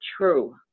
true